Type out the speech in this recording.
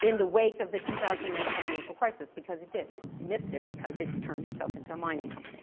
in the wake of the two thousand and eight financial crisis, because it did, it it missed it because its turned itself into a mining company.